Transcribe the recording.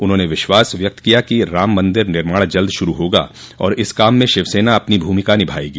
उन्होंने विश्वास ज़ाहिर किया कि राम मन्दिर निर्माण जल्द शुरू होगा और इस काम में शिव सेना अपनी भूमिका निभायेगी